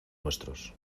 nuestros